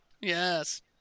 Yes